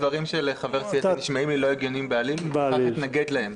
הדברים של חבר סיעתי נשמעים לי לא הגיוניים בעליל ולפיכך אתנגד להם.